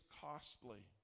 costly